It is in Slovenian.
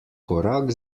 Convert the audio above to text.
korak